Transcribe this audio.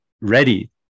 ready